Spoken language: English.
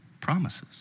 promises